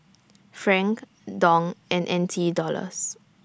Franc Dong and N T Dollars